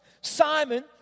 Simon